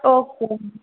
okay ma'am